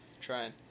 trying